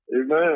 Amen